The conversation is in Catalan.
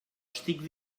estic